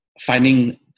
finding